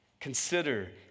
Consider